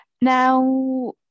Now